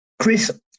Chris